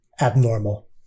abnormal